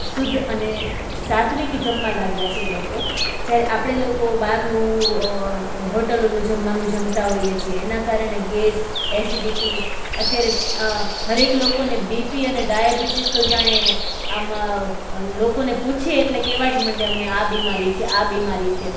શુદ્ધ અને સાત્વિક જમવા લાગ્યા છે એ લોકો જ્યારે આપણે લોકો બહારનું હોટલોનું જમવાનું જમતા હોઈએ છીએ એના કારણે ગેસ એસિડિટી અત્યારે હરેક લોકોને બીપી અને ડાયાબિટીસ તો જાણે આમ લોકોને પૂછીએ એટલે કેવા જ માંડે અમને આ બીમારી છે આ બિમારી છે